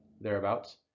thereabouts